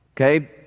okay